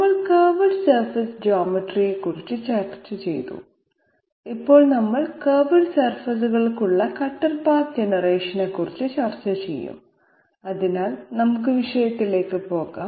നമ്മൾ curved surface ജ്യോമെട്രിയെ കുറിച്ച് ചർച്ച ചെയ്തു ഇപ്പോൾ നമ്മൾ കർവ്ഡ് സർഫസ്കൾക്കുള്ള കട്ടർ പാത്ത് ജനറേഷനെക്കുറിച്ച് ചർച്ച ചെയ്യും അതിനാൽ നമുക്ക് വിഷയത്തിലേക്ക് പോകാം